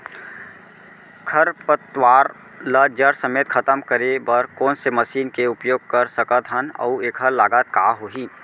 खरपतवार ला जड़ समेत खतम करे बर कोन से मशीन के उपयोग कर सकत हन अऊ एखर लागत का होही?